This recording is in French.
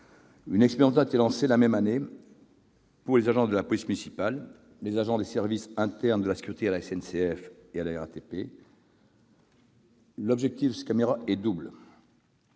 Une expérimentation a été lancée, la même année, pour les agents de police municipale et les agents des services internes de sécurité de la SNCF et de la RATP. L'objectif de ces caméras est double.